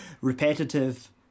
repetitive